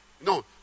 No